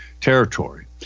territory